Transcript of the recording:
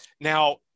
Now